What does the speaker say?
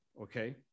okay